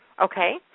Okay